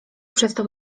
przestał